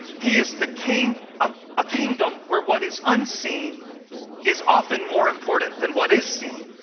he is the king of a kingdom where what is unseen is often more important than what is seen.